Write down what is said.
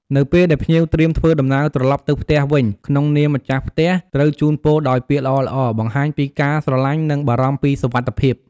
នៅពេលដែលភ្ញៀវត្រៀមធ្វើដំណើរត្រឡប់ទៅផ្ទះវិញ ក្នងនាមម្ចាស់ផ្ទះត្រូវជូនពរដោយពាក្យល្អៗ បង្ហាញពីការស្រឡាញ់ និងបារម្ភពីសុវត្ថិភាព។